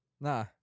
Nah